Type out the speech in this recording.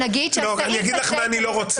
אני אגיד לך מה אני לא רוצה.